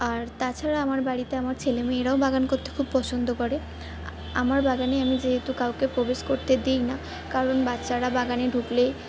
আর তাছাড়া আমার বাড়িতে আমার ছেলেমেয়েরাও বাগান করতে খুব পছন্দ করে আমার বাগানে আমি যেহেতু কাউকে প্রবেশ করতে দিই না কারণ বাচ্চারা বাগানে ঢুকলে